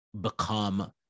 become